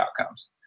outcomes